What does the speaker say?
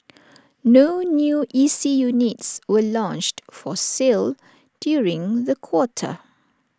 no new E C units were launched for sale during the quarter